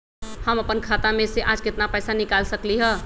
हम अपन खाता में से आज केतना पैसा निकाल सकलि ह?